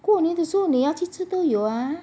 过年的时候你要去吃都有啊